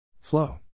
Flow